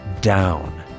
down